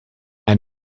and